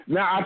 Now